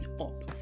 up